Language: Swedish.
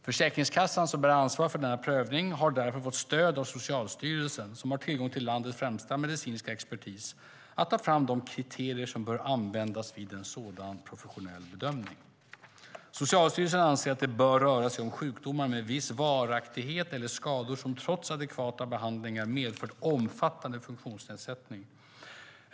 Försäkringskassan som bär ansvar för denna prövning har därför fått stöd av Socialstyrelsen, som har tillgång till landets främsta medicinska expertis, att ta fram de kriterier som bör användas vid en sådan professionell bedömning. Socialstyrelsen anser att det bör röra sig om sjukdomar med viss varaktighet eller skador som trots adekvata behandlingar har medfört omfattande funktionsnedsättning.